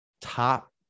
top